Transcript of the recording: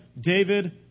David